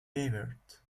wavered